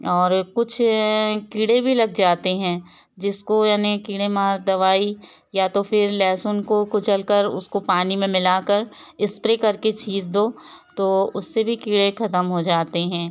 और कुछ कीड़े भी लग जाते हैं जिसको यानी कीड़े मार दवाई या तो फिर लहसुन को कुचलकर उसको पानी में मिलाकर स्प्रे करके चीज दो तो उससे भी कीड़े खत्म हो जाते हैं